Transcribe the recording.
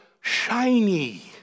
shiny